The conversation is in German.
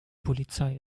polizei